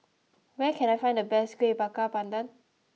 where can I find the best Kueh Bakar Pandan